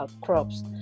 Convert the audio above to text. crops